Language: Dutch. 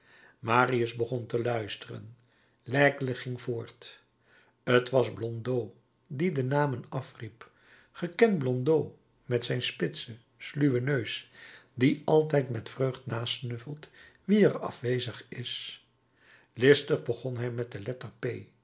marius begon te luisteren l'aigle ging voort t was blondeau die de namen afriep ge kent blondeau met zijn spitsen sluwen neus die altijd met vreugd nasnuffelt wie er afwezig is listig begon hij met de letter